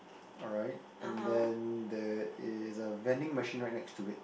alright and then there is a vending machine right next to it